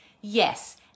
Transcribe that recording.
Yes